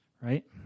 right